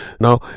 Now